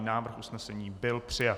Návrh usnesení byl přijat.